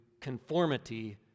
conformity